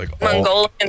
Mongolian